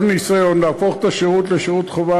כל ניסיון להפוך את השירות לשירות חובה,